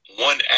One